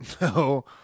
No